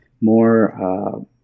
more